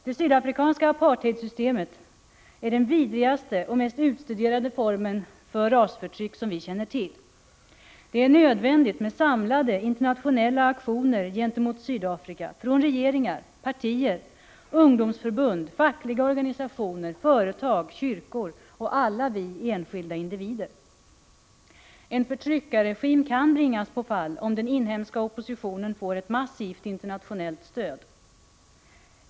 Det sydafrikanska apartheidsystemet är den vidrigaste och mest utstuderade formen för rasförtryck som vi känner till. Det är nödvändigt med samlade internationella aktioner gentemot Sydafrika från regeringar, partier, ungdomsförbund, fackliga organisationer, företag, kyrkor och alla vi enskilda individer. En förtryckarregim kan bringas på fall om den inhemska oppositionen får ett massivt internationellt stöd.